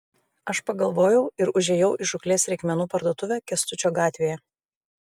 aš pagalvojau ir užėjau į žūklės reikmenų parduotuvę kęstučio gatvėje